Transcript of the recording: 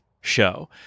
show